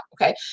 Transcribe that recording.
Okay